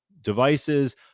Devices